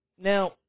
Now